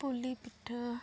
ᱯᱩᱞᱤ ᱯᱤᱴᱷᱟᱹ